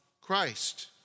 Christ